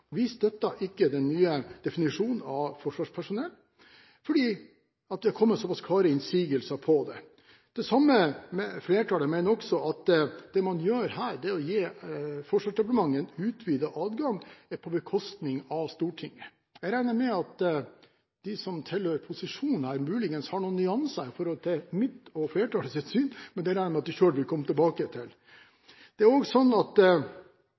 støtter ikke den nye definisjonen av forsvarspersonell, fordi det er kommet såpass klare innsigelser mot det. Det samme flertallet mener også at det man her gjør, er å gi Forsvarsdepartementet en utvidet adgang på bekostning av Stortinget. Jeg regner med at de som tilhører posisjonen, muligens har noen nyanser i forhold til mitt og flertallets syn, men at de selv vil komme tilbake til det.